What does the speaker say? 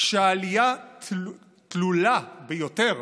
כשהעלייה תלולה ביותר,